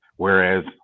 Whereas